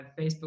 Facebook